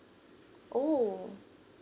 oh